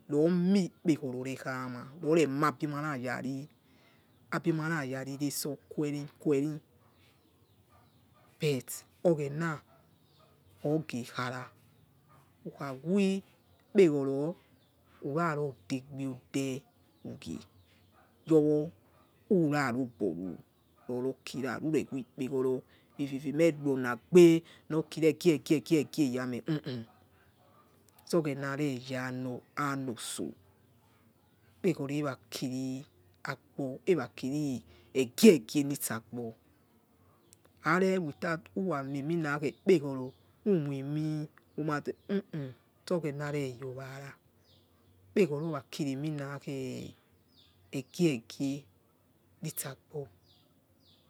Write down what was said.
Romikpegoro rekhame rorema abima rarari nesoquere quare bet oghena oghekhara ukhawi ikpeghoro uraro degbeode wagie youwo urarobo ru rorokira nure ikpegoro ififimeh maronagbe nokira egiegie yame huhu zoghena reyanotso ikpegoro erakira gbo era kiri egiegie nitsa agbo are without ura moi ikpegoro umoimu de huhu zoge nareyowara ikpegoro ora kiri eminakhe egie gie nitse agbo.